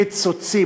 קיצוצים.